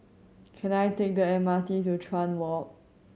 can I take the M R T to Chuan Walk